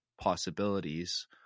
possibilities